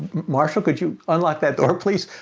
marshal, could you unlock that door please?